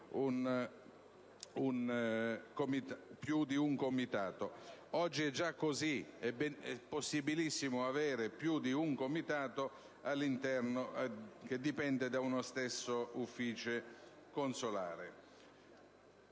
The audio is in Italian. comunità, più di un Comitato. Oggi è già così, ed è già possibile avere più di un Comitato che dipenda da uno stesso ufficio consolare.